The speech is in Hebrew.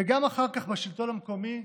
וגם אחר כך בשלטון המקומי,